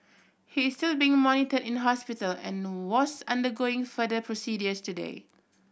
he is still being monitored in hospital and was undergoing further procedures today